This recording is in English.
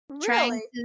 trying